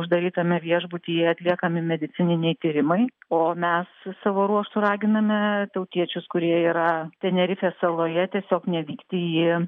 uždarytame viešbutyje atliekami medicininiai tyrimai o mes savo ruožtu raginame tautiečius kurie yra tenerifės saloje tiesiog nevykti į